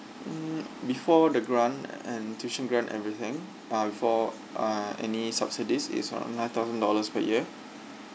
mm before the grant and tuition grant everything uh before uh any subsidies is uh nine thousand dollars per year